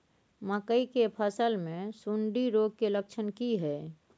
मकई के फसल मे सुंडी रोग के लक्षण की हय?